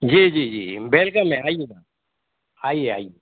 जी जी जी बेलकम है आइए आइए आइए